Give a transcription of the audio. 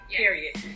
period